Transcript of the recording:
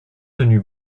tenu